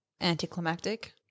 anticlimactic